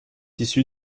issu